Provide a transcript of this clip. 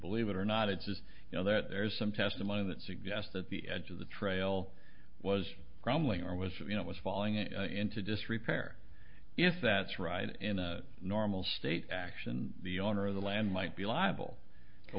believe it or not it's is you know that there's some testimony that suggests that the edge of the trail was crumbling or was you know was falling into disrepair if that's right in a normal state action the owner of the land might be liable